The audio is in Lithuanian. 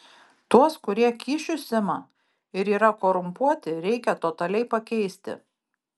tuos kurie kyšius ima ir yra korumpuoti reikia totaliai pakeisti